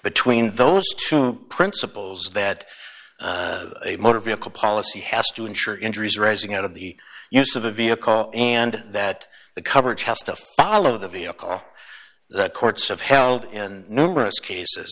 between those two principles that a motor vehicle policy has to insure injuries arising out of the use of a vehicle and that the coverage has to follow the vehicle that courts have held in numerous cases